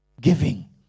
giving